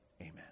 Amen